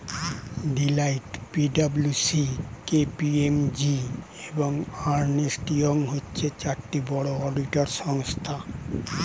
Deloitte, P W C, K P M G, এবং Ernst Young হচ্ছে চারটি বড় অডিটর সংস্থা